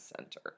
Center